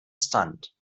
stunt